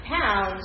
pounds